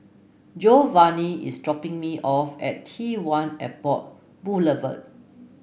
Geovanni is dropping me off at T one Airport Boulevard